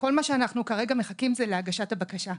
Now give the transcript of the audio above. כל מה שאנחנו כרגע מחכים זה להגשת הבקשה,